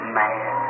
man